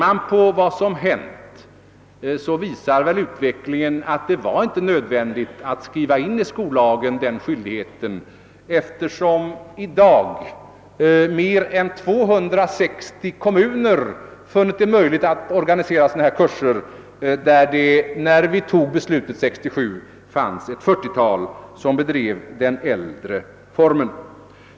Om vi ser på vad som hänt finner vi emellertid att utvecklingen visar att det inte var nödvändigt att skriva in det i skollagen, eftersom nu mer än 260 kommuner har funnit det möjligt att organisera sådana kurser, medan det 1967, när vi fattade beslutet, bara fanns ett 40-tal som bedrev undervisning i den äldre formen.